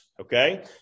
okay